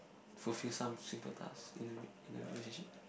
fulfill some simple tasks in a in a relationship